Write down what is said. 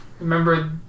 remember